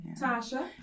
tasha